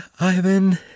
Ivan